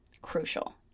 crucial